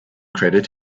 credit